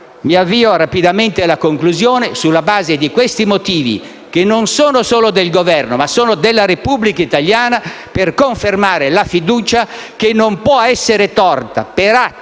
Mi avvio rapidamente alla conclusione: sulla base di questi motivi che non sono solo del Governo, ma sono della Repubblica italiana, noi confermiamo una fiducia che non può essere tolta per atti